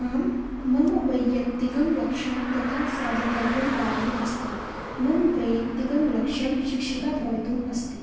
आं मम वैय्यक्तिकं लक्ष्यं तथा साधितव्यं कार्यम् अस्ति मम वैय्यक्तिकं लक्ष्यं शिक्षिका भवितुम् अस्ति